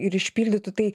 ir išpildytų tai